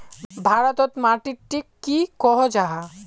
भारत तोत माटित टिक की कोहो जाहा?